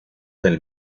del